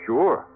Sure